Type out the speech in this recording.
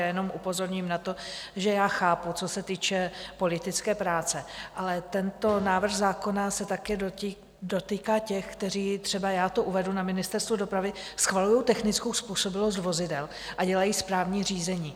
Jenom upozorním na to, že já chápu, co se týče politické práce, ale tento návrh zákona se také dotýká těch, kteří třeba já to uvedu na Ministerstvu dopravy schvalují technickou způsobilost vozidel a dělají správní řízení.